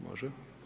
Može.